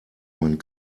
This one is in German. man